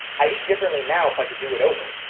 i'd eat differently now if i could do it over,